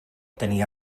tenia